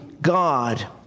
God